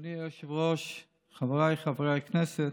אדוני היושב-ראש, חבריי חברי הכנסת,